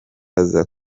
aza